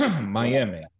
Miami